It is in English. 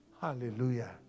Hallelujah